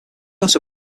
also